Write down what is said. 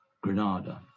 Granada